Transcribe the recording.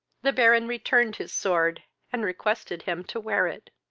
the baron returned his sword, and requested him to wear it.